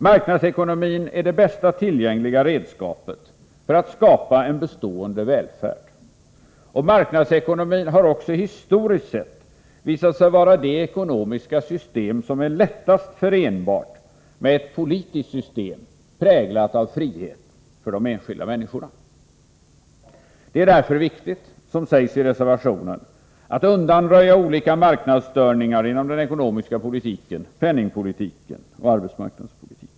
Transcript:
Marknadsekonomin är det bästa tillgängliga redskapet för att skapa en bestående välfärd, och marknadsekonomin har också historiskt sett visat sig vara det ekonomiska system som är lättast förenligt med ett politiskt system präglat av frihet för de enskilda människorna. Det är därför viktigt, som sägs i reservationen, att undanröja olika marknadsstörningar inom den ekonomiska politiken, penningpolitiken och arbetsmarknadspolitiken.